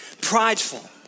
prideful